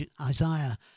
Isaiah